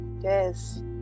Yes